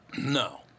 No